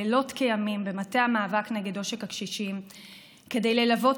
לילות כימים במטה המאבק נגד עושק הקשישים כדי ללוות,